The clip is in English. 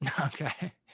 Okay